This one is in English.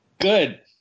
Good